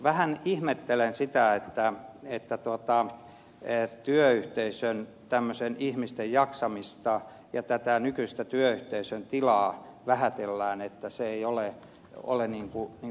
vähän ihmettelen sitä että tämmöistä ihmisten jaksamista ja nykyistä työyhteisön tilaa vähätellään että se ei ole ikään kuin se syy